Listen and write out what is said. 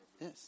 Yes